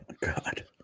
God